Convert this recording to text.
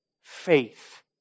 Faith